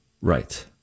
right